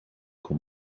kon